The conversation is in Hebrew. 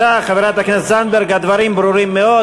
אגב,